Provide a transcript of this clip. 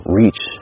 reach